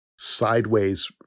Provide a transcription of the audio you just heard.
sideways